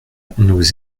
nous